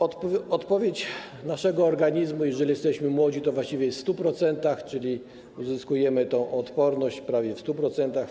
Odpowiedź naszego organizmu, jeżeli jesteśmy młodzi, to właściwie jest 100%, czyli uzyskujemy odporność prawie w 100%.